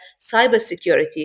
cybersecurity